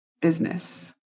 business